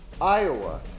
Iowa